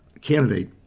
candidate